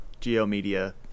Geomedia